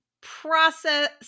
process